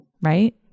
right